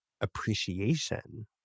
appreciation